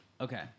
Okay